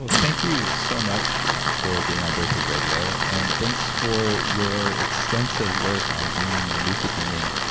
ah thank you so much for being on bulletproof radio. and thanks for your extensive work on dreaming and lucid dreaming.